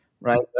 right